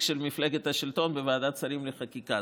של מפלגת השלטון בוועדת השרים לחקיקה.